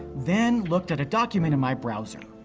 then looked at a document in my browser.